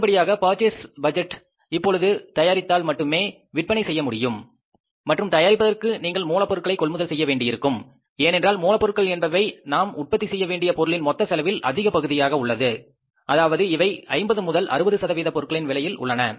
அடுத்தபடியாக purchase budget இப்பொழுது தயாரித்தால் மட்டுமே விற்பனை செய்ய முடியும் மற்றும் தயாரிப்பதற்கு நீங்கள் மூலப் பொருட்களை கொள்முதல் செய்ய வேண்டியிருக்கும் ஏனென்றால் மூலப்பொருட்கள் என்பவை நாம் உற்பத்தி செய்ய வேண்டிய பொருளின் மொத்த செலவில் அதிக பகுதியாக உள்ளன அதாவது இவை 50 முதல் 60 சதவீதம் பொருட்களின் விலையில் உள்ளன